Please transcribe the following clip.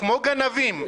כמו גנבים,